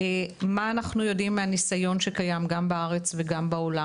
מה אנחנו יודעים מהניסיון שקיים גם בארץ וגם בעולם,